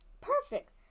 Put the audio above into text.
Perfect